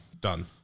done